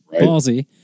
ballsy